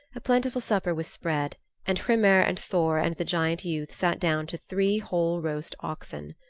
a plentiful supper was spread and hrymer and thor and the giant youth sat down to three whole roast oxen.